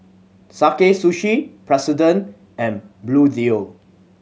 Sakae Sushi President and Bluedio